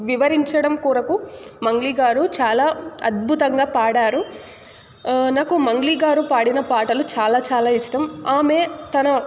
వివరించడం కొరకు మంగ్లీ గారు చాలా అద్భుతంగా పాడారు నాకు మంగ్లీ గారు పాడిన పాటలు చాలా చాలా ఇష్టం ఆమె తన